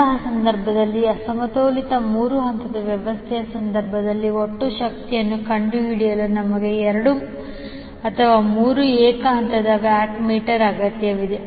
ಅಂತಹ ಸಂದರ್ಭದಲ್ಲಿ ಅಸಮತೋಲಿತ ಮೂರು ಹಂತದ ವ್ಯವಸ್ಥೆಯ ಸಂದರ್ಭದಲ್ಲಿ ಒಟ್ಟು ಶಕ್ತಿಯನ್ನು ಕಂಡುಹಿಡಿಯಲು ನಮಗೆ ಎರಡು ಅಥವಾ ಮೂರು ಏಕ ಹಂತದ ವ್ಯಾಟ್ ಮೀಟರ್ ಅಗತ್ಯವಿದೆ